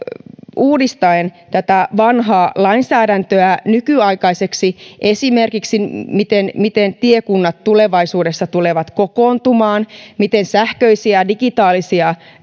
uudistaen tätä vanhaa lainsäädäntöä nykyaikaiseksi esimerkiksi sitä miten tiekunnat tulevaisuudessa tulevat kokoontumaan miten sähköisiä digitaalisia